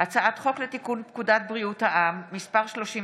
הצעת חוק לתיקון פקודת בריאות העם (מס' 36,